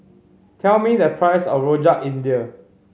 tell me the price of Rojak India